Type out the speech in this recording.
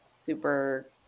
super